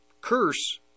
curse